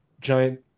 giant